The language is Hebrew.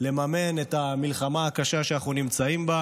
לממן את המלחמה הקשה שאנחנו נמצאים בה,